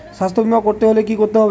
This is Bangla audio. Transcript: স্বাস্থ্যবীমা করতে হলে কি করতে হবে?